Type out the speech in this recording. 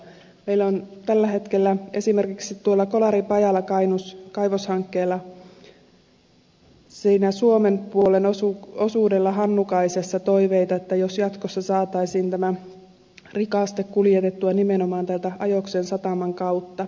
meillä on tällä hetkellä esimerkiksi kolaripajalakainus kaivoshankkeella siinä suomen puolen osuudella hannukaisessa toiveita että jatkossa saataisiin tämä rikaste kuljetettua nimenomaan täältä ajoksen sataman kautta